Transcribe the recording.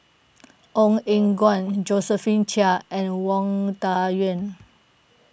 Ong Eng Guan Josephine Chia and Wang Dayuan